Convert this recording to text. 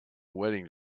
wedding